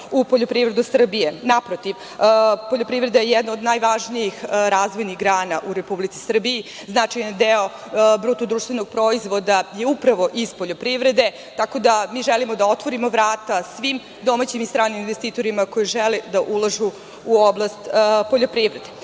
u poljoprivredu Srbije. Naprotiv, poljoprivreda je jedna od najvažnijih razvojnih grana u Republici Srbiji. Značajan deo BDP je upravo iz poljoprivrede, tako da mi želimo da otvorimo vrata svim domaćim i stranim investitorima koji žele da ulažu u oblast poljoprivrede. Poljoprivreda